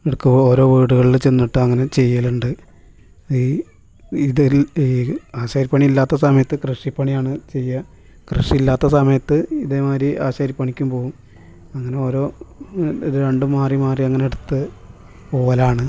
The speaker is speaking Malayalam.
എടുക്കുമ്പോൾ ഓരോ വീടുകളില് ചെന്നിട്ട് അങ്ങനെ ചെയ്യലുണ്ട് ഈ ഇത് ഈ ആശാരിപ്പണി ഇല്ലാത്ത സമയത്ത് കൃഷിപ്പണിയാണ് ചെയ്യുക കൃഷിയില്ലാത്ത സമയത്ത് ഇതേമാതിരി ആശാരിപ്പണിക്കും പോവും അങ്ങനെ ഓരോ ഇത് രണ്ടും മാറി മാറി അങ്ങനെടുത്ത് പോകലാണ്